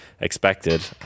expected